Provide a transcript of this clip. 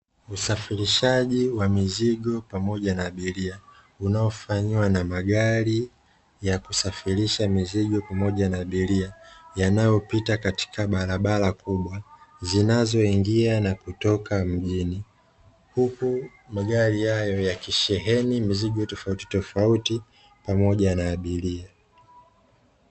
Usafirishaji wa mizigo pamoja na abiria, unaofanywa na magari ya kusafirisha mizigo pamoja na abiria, yanayopita katika barabara kubwa zinazoingia na kutoka mjini, huku magari hayo yakisheheni mizigo tofauti tofauti pamoja na abiria.